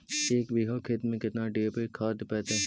एक बिघा खेत में केतना डी.ए.पी खाद पड़तै?